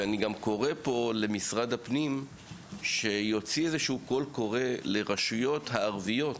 אני קורא גם למשרד הפנים להוציא איזה שהוא קול קורא לרשויות הערביות,